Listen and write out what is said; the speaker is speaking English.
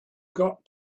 got